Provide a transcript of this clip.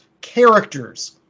characters